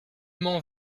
m’en